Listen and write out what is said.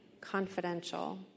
confidential